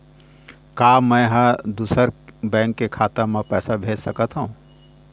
का मैं ह दूसर बैंक के खाता म पैसा भेज सकथों?